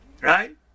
right